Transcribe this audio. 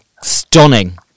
stunning